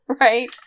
right